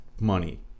money